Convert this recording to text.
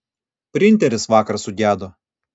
printeris vakar sugedo